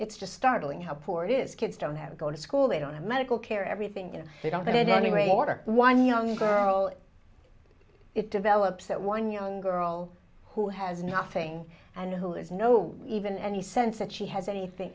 it's just startling how poor it is kids don't have to go to school they don't have medical care everything you know they don't need any way order one young girl it develops that one young girl who has nothing and who has no even any sense that she has anything